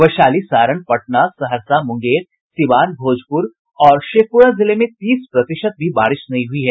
वैशाली सारण पटना सहरसा मुंगेर सीवान भोजपुर और शेखपुरा जिले में तीस प्रतिशत भी बारिश नहीं हुई है